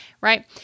Right